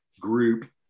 group